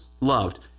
loved